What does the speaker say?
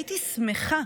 הייתי שמחה